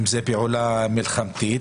אם זה פעולה מלחמתית,